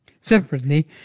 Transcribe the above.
Separately